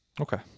Okay